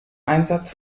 einsatz